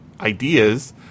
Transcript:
ideas